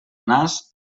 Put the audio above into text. nas